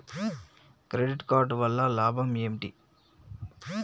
Credit card వల్ల లాభం ఏంటి?